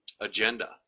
agenda